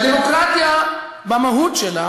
שהדמוקרטיה במהות שלה